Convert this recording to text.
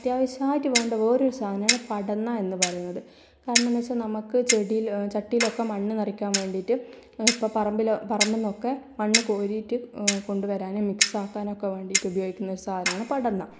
അത്യാവശ്യമായിട്ട് വേണ്ട വേറൊരു സാധനമാണ് പടന്ന എന്ന് പറയുന്നത് കാരണമെന്തെന്ന് വച്ചാൽ നമ്മൾക്ക് ചെടി ചട്ടിയിലൊക്കെ മണ്ണ് നിറയ്ക്കാൻ വേണ്ടിയിട്ട് ഇപ്പോൾ പറമ്പിലോ പറമ്പിൽ നിന്നൊക്കെ മണ്ണ് കോരിയിട്ട് കൊണ്ടു വരാനും മിക്സാക്കാനുമൊക്കെ വേണ്ടിയിട്ട് ഉപയോഗിക്കുന്ന സാധനമാണ് പടന്ന